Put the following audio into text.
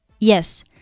Yes